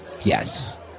Yes